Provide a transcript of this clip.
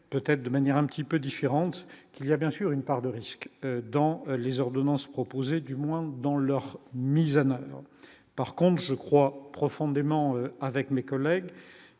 peut-être de manière un petit peu différente, qu'il y a bien sûr une part de risque dans les ordonnances, proposer, du moins dans leur mise Anna, par contre je crois profondément, avec mes collègues